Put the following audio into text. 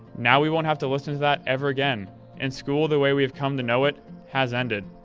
now we won't have to listen to that ever again and school the way we have come to know it has ended.